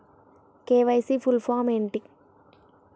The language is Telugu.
కే.వై.సీ ఫుల్ ఫామ్ ఏంటి?